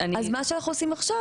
מה שאנחנו עושים עכשיו,